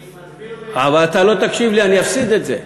אני מסביר, אבל אתה לא תקשיב לי, אני אפסיד את זה.